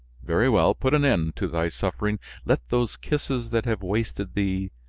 very well, put an end to thy suffering let those kisses that have wasted thee,